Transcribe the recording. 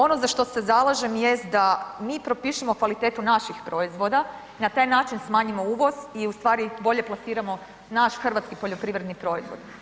Ono za što se zalažem jest da mi propišemo kvalitetu naših proizvoda i na taj način smanjimo uvoz i bolje plasiramo naš hrvatski poljoprivredni proizvod.